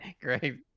great